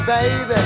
Baby